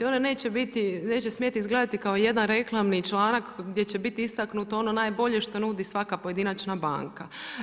One neće biti, neće smjeti izgledati kao jedan reklamni članak gdje će bit istaknuto ono najbolje što nudi svaka pojedinačna banka.